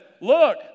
look